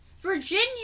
Virginia